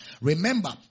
Remember